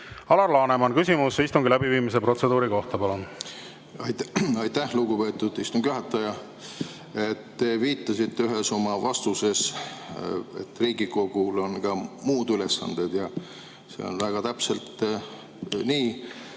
Alar Laneman, küsimus istungi läbiviimise protseduuri kohta, palun! Aitäh, lugupeetud istungi juhataja! Te viitasite ühes oma vastuses, et Riigikogul on ka muid ülesandeid, ja see on täpselt nii.